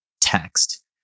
text